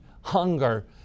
hunger